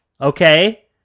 Okay